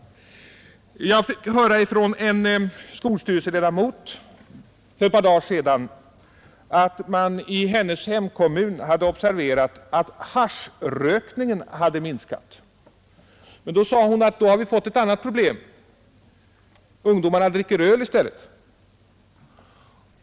För ett par dagar sedan fick jag höra från en skolstyrelseledamot att man i hennes hemkommun hade observerat att haschrökningen minskat. Men man hade fått ett annat problem — ungdomarna dricker öl i stället.